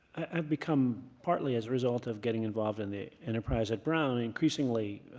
i've become, partly as a result of getting involved in the enterprise at brown, increasingly